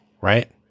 right